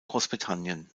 großbritannien